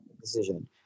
Decision